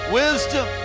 wisdom